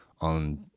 on